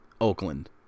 Oakland